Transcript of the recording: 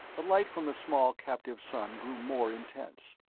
the light from the small captive sun grew more intense.